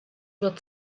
wird